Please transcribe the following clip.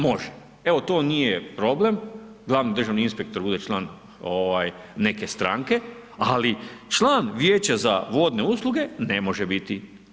Može, evo to nije problem da glavni državni inspektor bude član neke stranke, ali član Vijeća za vodne usluge ne može biti.